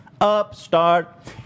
upstart